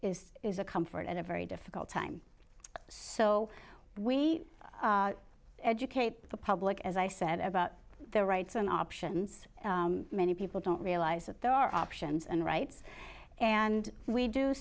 is is a comfort at a very difficult time so we educate the public as i said about their rights on options many people don't realize that there are options and rights and we do